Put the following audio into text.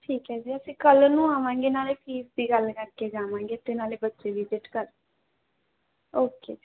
ਠੀਕ ਹੈ ਜੀ ਅਸੀਂ ਕੱਲ੍ਹ ਨੂੰ ਆਵਾਂਗੇ ਨਾਲੇ ਫੀਸ ਦੀ ਗੱਲ ਕਰਕੇ ਜਾਵਾਂਗੇ ਅਤੇ ਨਾਲੇ ਬੱਚੇ ਵਿਜ਼ਿਟ ਕਰ ਓਕੇ ਜੀ